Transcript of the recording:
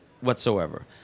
whatsoever